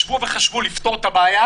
האם ישבו וחשבו לפתור את הבעיה?